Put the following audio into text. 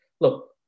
look